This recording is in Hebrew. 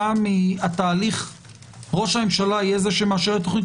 כתוצאה מהתהליך ראש הממשלה יהיה זה שמאשר את תוכנית